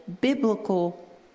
biblical